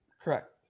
Correct